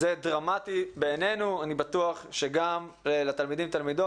זה דרמטי בעיננו ואני בטוח שגם לתלמידים ולתלמידות,